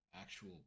actual